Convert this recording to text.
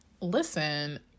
listen